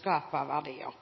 skape verdier.